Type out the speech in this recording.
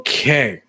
Okay